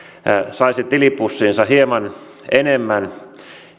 saisi tilipussiinsa hieman enemmän